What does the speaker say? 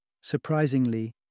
Surprisingly